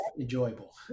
enjoyable